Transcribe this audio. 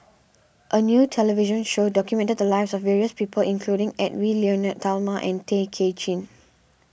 a new television show documented the lives of various people including Edwy Lyonet Talma and Tay Kay Chin